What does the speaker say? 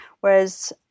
Whereas